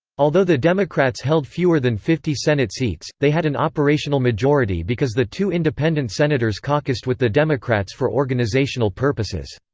although the democrats held fewer than fifty senate seats, they had an operational majority because the two independent senators caucused with the democrats for organizational purposes.